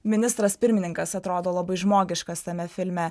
ministras pirmininkas atrodo labai žmogiškas tame filme